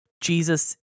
Jesus